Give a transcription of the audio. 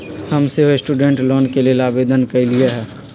हम सेहो student loan के लेल आवेदन कलियइ ह